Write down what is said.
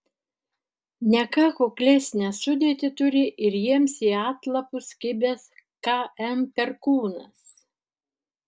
ne ką kuklesnę sudėtį turi ir jiems į atlapus kibęs km perkūnas